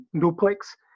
duplex